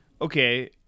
okay